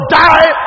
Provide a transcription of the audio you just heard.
die